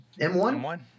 M1